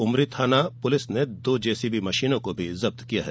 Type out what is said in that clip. ऊमरी थाना पुलिस ने दो जेसीबी मशीनों को जब्त किया है